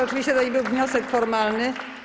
Oczywiście to nie był wniosek formalny.